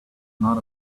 not